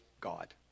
God